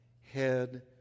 Head